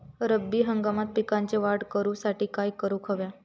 रब्बी हंगामात पिकांची वाढ करूसाठी काय करून हव्या?